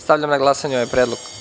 Stavljam na glasanje ovaj predlog.